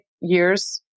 years